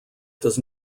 does